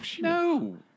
No